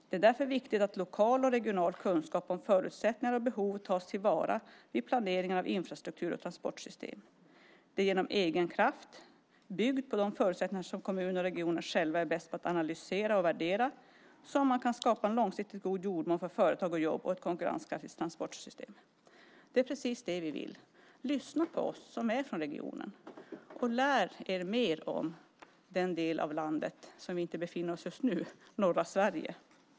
Det är därför viktigt att lokal och regional kunskap om förutsättningar och behov tas till vara vid planeringen av infrastruktur och transportsystem. Det är genom egen kraft, byggd på de förutsättningar som kommuner och regioner själva är bäst på att analysera och värdera, som man kan skapa en långsiktigt god jordmån för företag och jobb och ett konkurrenskraftigt transportsystem." Det är precis det vi vill. Lyssna på oss som är från regionen och lär er mer om den del av landet som vi inte befinner oss i just nu, norra Sverige.